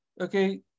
Okay